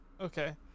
okay